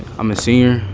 i'm a senior.